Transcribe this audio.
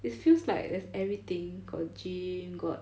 it feels like there's everything got gym got